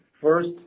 first